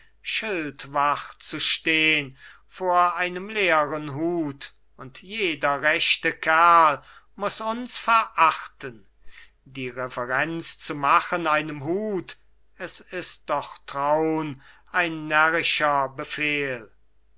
schildwach zu stehn vor einem leeren hut und jeder rechte kerl muss uns verachten die reverenz zu machen einem hut es ist doch traun ein närrischer befehl